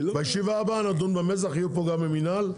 בישיבה הבאה נדון במזח, יהיו פה גם מהמינהל.